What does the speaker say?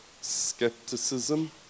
skepticism